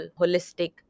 holistic